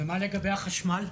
ומה לגבי החשמל?